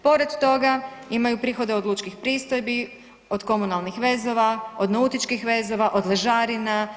Pored toga imaju prihode od lučkih pristojbi, od komunalnih vezova, od nautičkih vezova, od ležarina.